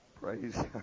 Praise